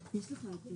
יהודה, יש לך בעיה.